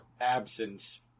absence